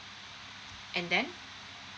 and then